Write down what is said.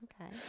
okay